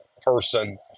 person